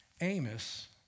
Amos